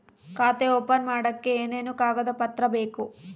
ಖಾತೆ ಓಪನ್ ಮಾಡಕ್ಕೆ ಏನೇನು ಕಾಗದ ಪತ್ರ ಬೇಕು?